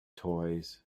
toys